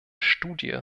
studie